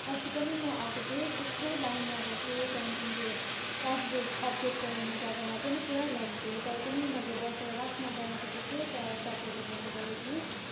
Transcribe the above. अस्ति पनि म आएको थिएँ त्यत्रो लाइनमा बसेँ त्यहाँदेखिन् त्यो पासबुक अपडेट गराउने जग्गामा पनि पुरा लाइन थियो तर पनि मैले बसेर लास्टमा गराइसकेको थिएँ तर पनि तपाईँहरूले भन्नुभयो कि